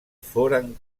foren